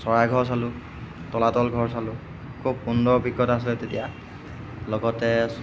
চৰাইঘৰ চালো তলাতল ঘৰ চালো খুব সুন্দৰ অভিজ্ঞতা আছিলে তেতিয়া লগতে